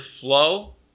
flow